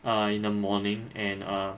err in the morning and err